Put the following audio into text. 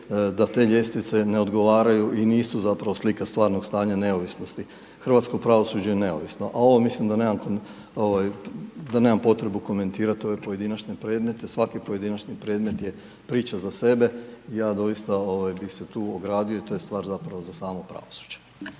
da te ljestvice ne odgovaraju i nisu zapravo slika neovisnosti. Hrvatsko pravosuđe je neovisnost, a ovo mislim, da nemam potrebu komentirati ove pojedinačne predmete, svaki pojedinačni predmet je priča za sebe i ja doista bi se tu ogradio i to je stvar zapravo za samo pravosuđe.